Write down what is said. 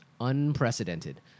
Unprecedented